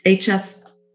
HS